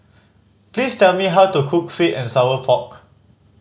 please tell me how to cook sweet and sour pork